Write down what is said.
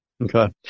Okay